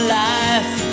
life